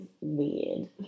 weird